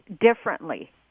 differently